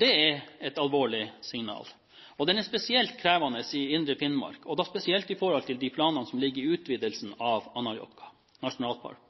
Det er et alvorlig signal. Det er spesielt krevende i indre Finnmark, og da spesielt i forhold til de planene som ligger i utvidelsen av